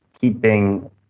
keeping